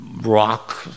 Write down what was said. rock